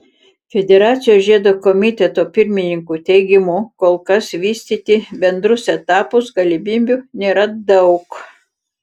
federacijos žiedo komiteto pirmininko teigimu kol kas vystyti bendrus etapus galimybių nėra daug